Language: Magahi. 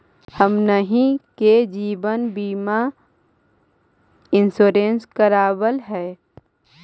हमनहि के जिवन बिमा इंश्योरेंस करावल है?